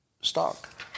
stock